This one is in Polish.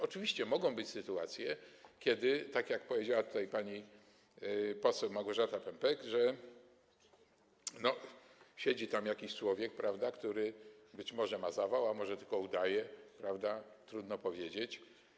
Oczywiście mogą być sytuacje, tak jak powiedziała tutaj pani poseł Małgorzata Pępek, że siedzi tam jakiś człowiek, prawda, który być może ma zawał, a może tylko udaje, trudno powiedzieć.